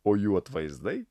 o jų atvaizdai